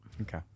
Okay